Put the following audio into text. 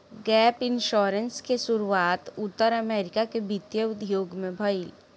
gap insurance के शुरुआत उत्तर अमेरिका के वित्तीय उद्योग में भईल